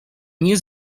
nie